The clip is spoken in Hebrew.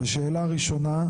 שאלה ראשונה: